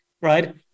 right